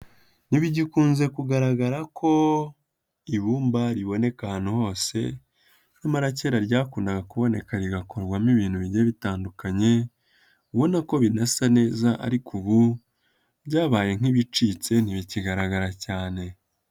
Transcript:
Ntibigikunze kugaragara ko ibumba riboneka ahantu hose, nyamara kera ryakundaga kuboneka rigakorwamo ibintu bigiye bitandukanye, ubona ko binasa neza ariko ubu byabaye nk'ibicitse, ntibikigaragara cyane.